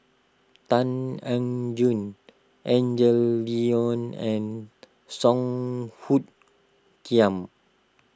Tan Eng Joo Angel Liong and Song Hoot Kiam